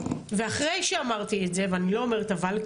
ואחרי שאמרתי את זה ואני לא אומרת אבל,